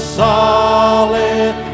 solid